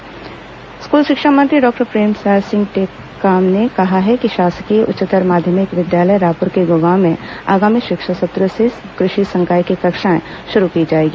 शिक्षामंत्री घोषणा स्कूल शिक्षा मंत्री डॉक्टर प्रेमसाय सिंह टेकाम ने कहा है कि शासकीय उच्चतर माध्यमिक विद्यालय रायपुर के गोगांव में आगामी शिक्षा सत्र से कृषि संकाय की कक्षाएं शुरू की जाएगी